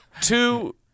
two